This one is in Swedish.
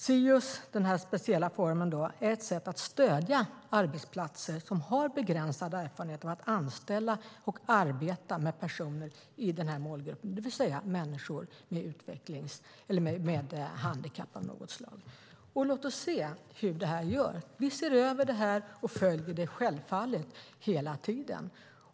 Sius, den här speciella formen, är ett sätt att stödja arbetsplatser som har begränsad erfarenhet så att de kan anställa och arbeta med personer i den här målgruppen, det vill säga människor med handikapp av något slag. Låt oss se hur det här går. Vi ser över det och följer det självfallet hela tiden.